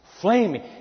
flaming